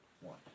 One